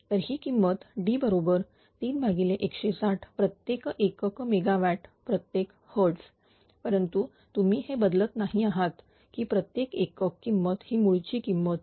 तर ही किंमत D बरोबर 3160 प्रत्येक एकक मेगावॅट प्रत्येक hertz परंतु तुम्ही हे बदलत नाही आहात ही प्रत्येक एकक किंमत ही मूळची किंमत ती hertz